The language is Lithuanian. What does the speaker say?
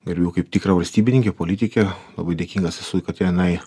gerbiu kaip tikrą valstybininkę politikę labai dėkingas esu kad jinai